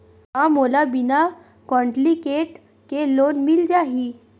का मोला बिना कौंटलीकेट के लोन मिल जाही?